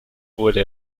wurde